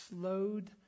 Slowed